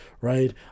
right